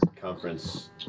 conference